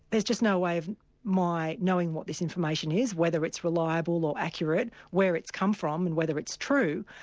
there's just no way of my knowing what this information is, whether it's reliable or accurate, where it's come from, and whether it's true.